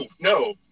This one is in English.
no